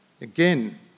Again